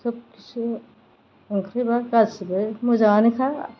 सब किसु ओंख्रिबा गासैबो मोजाङानोखा